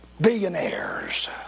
billionaires